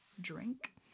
drink